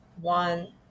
one